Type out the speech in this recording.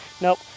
Nope